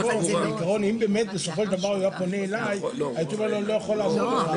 אם הוא היה פונה אלי הייתי אומר לו שאני לא יכול לעזור לו.